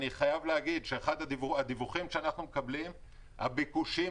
אני חייב להגיד שאחד הדיווחים שאנחנו מקבלים הוא שהביקושים